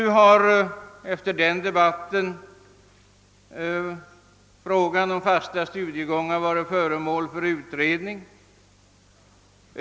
Efter den debatten har nu frågan om fasta studiegångar varit föremål för utredning.